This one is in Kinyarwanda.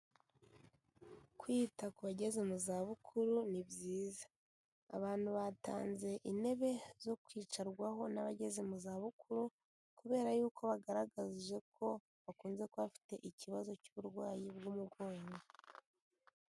Kwita ku bageze mu zabukuru ni byiza, abantu batanze intebe zo kwicarwaho n'abageze mu zabukuru, kubera yuko bagaragaje ko bakunze kuba bafite ikibazo cy'uburwayi bw'umugongo.